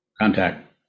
Contact